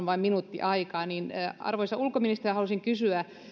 vain minuutti aikaa arvoisa ulkoministeri haluaisin kysyä kun